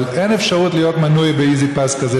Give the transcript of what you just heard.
אבל אין אפשרות להיות מנוי ב-E-ZPass כזה,